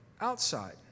outside